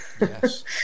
Yes